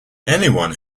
anyone